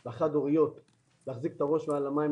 ולחד-הוריות להחזיק את הראש מעל למים,